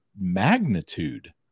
magnitude